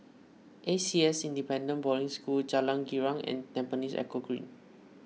A C S Independent Boarding School Jalan Girang and Tampines Eco Green